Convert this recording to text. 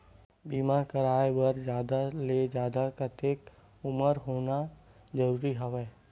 बीमा कराय बर जादा ले जादा कतेक उमर होना जरूरी हवय?